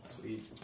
sweet